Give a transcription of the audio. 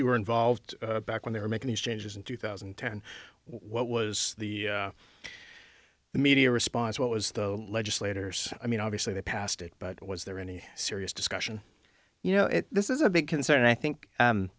you were involved back when they were making these changes in two thousand and ten what was the the media response what was the legislators i mean obviously they passed it but was there any serious discussion you know this is a big concern and i think